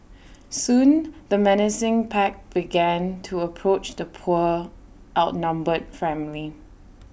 soon the menacing pack began to approach the poor outnumbered family